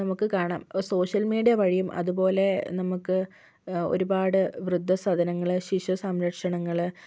നമുക്ക് കാണാൻ social media വഴിയും അതുപോലെ നമുക്ക് ഒരുപാട് വൃദ്ധസദനങ്ങൾ ശിശു സംരക്ഷണങ്ൾ